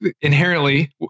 inherently